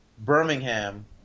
Birmingham